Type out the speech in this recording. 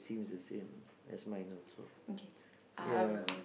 seems the same as mine also yeah